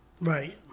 Right